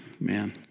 man